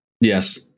Yes